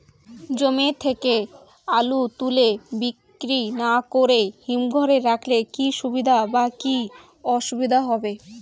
জমি থেকে আলু তুলে বিক্রি না করে হিমঘরে রাখলে কী সুবিধা বা কী অসুবিধা হবে?